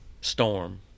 storm